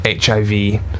HIV